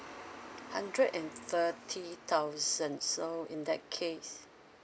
hundred and thirty thousand so in that case